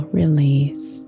release